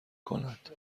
کند